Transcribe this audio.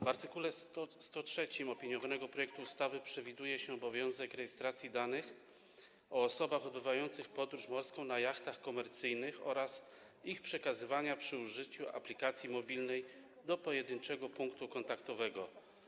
W art. 103 opiniowanego projektu ustawy przewiduje się obowiązek rejestracji danych o osobach odbywających podróż morską na jachtach komercyjnych oraz ich przekazywania przy użyciu aplikacji mobilnej do pojedynczego punktu kontaktowego.